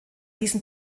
diesem